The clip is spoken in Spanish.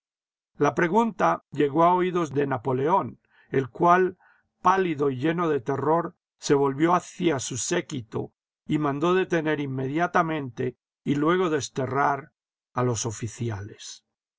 la pregunta llegó a oídos de napoleón el cual pálido y lleno de terror se volvió hacia su séquito y mandó detener inmediatamente y luego desterrar a los oficiales